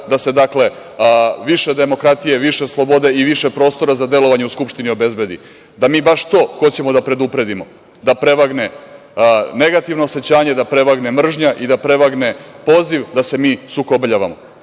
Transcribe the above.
Dakle, da se više demokratije, više slobode i više prostora za delovanje u Skupštini obezbedi, da mi baš to hoćemo da predupredimo, da prevagne negativno osećanje, da prevagne mržnja i da prevagne poziv da se mi sukobljavamo.